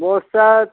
সমস্যা